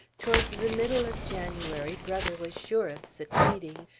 towards the middle of january, brother was sure of succeeding,